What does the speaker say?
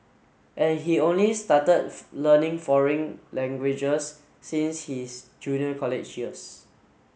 and he only started learning foreign languages since his junior college years